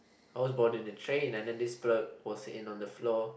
I was board in the train and then this pervert was sit in on the floor